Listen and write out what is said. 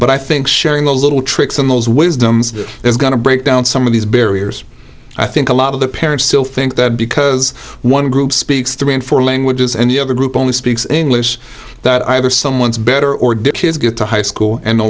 but i think sharing the little tricks on those wisdoms is going to break down some of these barriers i think a lot of the parents still think that because one group speaks three and four languages and the other group only speaks english that either someone's better or did his get to high school and